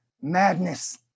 madness